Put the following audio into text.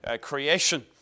creation